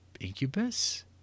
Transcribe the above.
Incubus